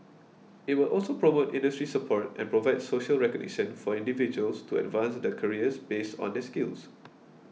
it will also promote industry support and provide social recognition for individuals to advance their careers based on their skills